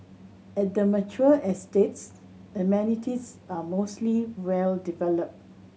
at the mature estates amenities are mostly well developed